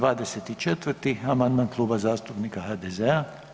24. amandman Kluba zastupnika HDZ-a.